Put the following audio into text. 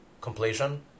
completion